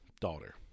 daughter